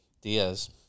Diaz